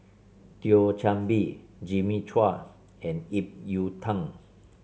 Thio Chan Bee Jimmy Chua and Ip Yiu Tung